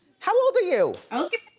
how old are you?